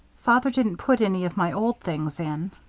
father didn't put any of my old things in.